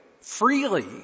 Freely